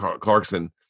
Clarkson